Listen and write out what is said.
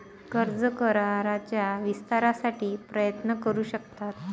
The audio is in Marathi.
कर्ज कराराच्या विस्तारासाठी प्रयत्न करू शकतात